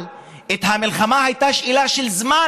אבל המלחמה הייתה שאלה של זמן,